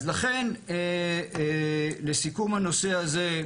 אז לכן לסיכום הנושא הזה,